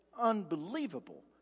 unbelievable